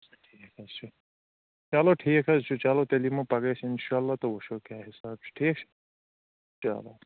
آد سا ٹھیٖک حظ چھُ چلو ٹھیٖک حظ چھُ چلو تیٚلہِ یِمو پگاہ أسۍ اِنشاء اللہ تہٕ وٕچھو کیٛاہ حِساب چھُ ٹھیٖک چلو